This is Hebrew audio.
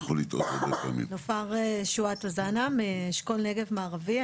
נופר שואט אוזנה, מאשכול נגב מערבי.